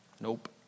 Nope